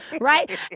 Right